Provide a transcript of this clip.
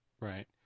Right